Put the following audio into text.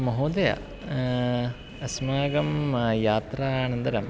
महोदय अस्माकं यात्रानन्तरम्